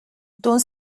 dans